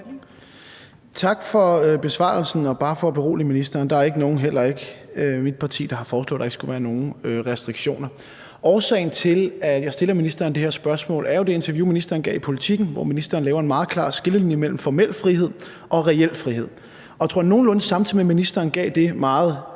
Tak for besvarelsen. Og bare for at berolige ministeren vil jeg sige, at der ikke er nogen, heller ikke mit parti, der har foreslået, at der ikke skulle være nogen restriktioner. Årsagen til, at jeg stiller ministeren det her spørgsmål, er jo det interview, ministeren gav i Politiken, hvor ministeren laver en meget klar skillelinje mellem formel frihed og reel frihed. Og jeg tror, at nogenlunde samtidig med at ministeren gav det meget,